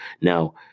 Now